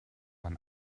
man